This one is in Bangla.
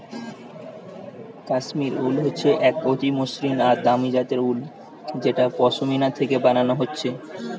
কাশ্মীর উল হচ্ছে এক অতি মসৃণ আর দামি জাতের উল যেটা পশমিনা থিকে বানানা হচ্ছে